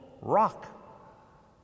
rock